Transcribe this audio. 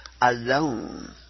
alone